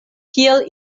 kiel